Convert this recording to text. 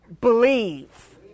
Believe